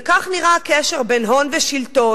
וכך נראה הקשר בין הון ושלטון,